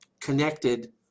connected